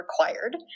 required